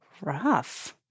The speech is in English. Rough